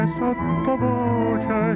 sottovoce